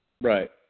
Right